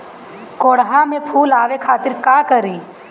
कोहड़ा में फुल आवे खातिर का करी?